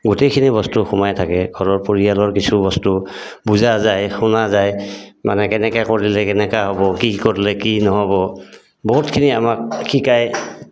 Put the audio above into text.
গোটেইখিনি বস্তু সোমাই থাকে ঘৰৰ পৰিয়ালৰ কিছু বস্তু বুজা যায় শুনা যায় মানে কেনেকৈ কৰিলে কেনেকুৱা হ'ব কি কৰিলে কি নহ'ব বহুতখিনি আমাক শিকাই